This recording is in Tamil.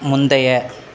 முந்தைய